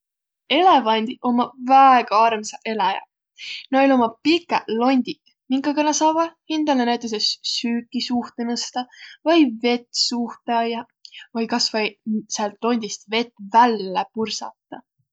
Elevandiq ommaq väega armsaq eläjäq. Näil ommaq pikäq londiq, minkaga nä saavaq hindäle näütüses süüki suuhtõ nõstaq vai vett suuhtõ ajjaq vai kasvai säält londist vett vällä pursataq.